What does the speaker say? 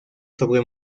sobre